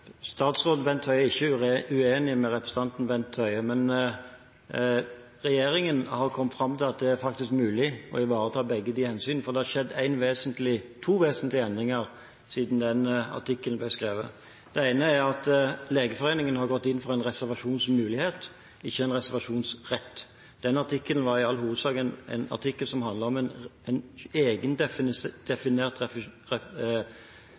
er ikke uenig med representanten Bent Høie, men regjeringen har kommet fram til at det faktisk er mulig å ivareta begge hensynene. Det har skjedd to vesentlige endringer siden den artikkelen ble skrevet. Den ene er at Legeforeningen har gått inn for en reservasjonsmulighet, ikke en reservasjonsrett. Den artikkelen var i all hovedsak en artikkel som handlet om en egendefinert rett hos den enkelte fastlege. Det som nå ligger i avtalen mellom Fremskrittspartiet, Kristelig Folkeparti og Høyre, er en